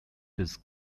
his